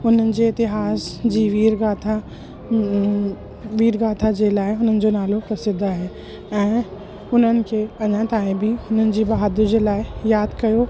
उन्हनि जे इतिहास जी वीरगाथा वीरगाथा जे लाइ हुननि जो नालो प्रसिद्ध आहे ऐं उन्हनि खे अञा ताईं बि हुननि जी बहादुरी जे लाइ यादि कयो